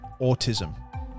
autism